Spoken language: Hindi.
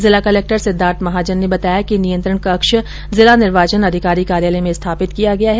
जिला कलक्टर सिद्धार्थ महाजन ने बताया कि नियंत्रण कक्ष जिला निर्वाचन अधिकारी कार्यालय में स्थापित किया गया है